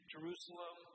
Jerusalem